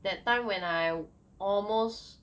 that time when I almost